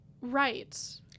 Right